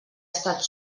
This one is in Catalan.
estat